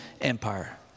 Empire